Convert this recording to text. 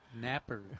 napper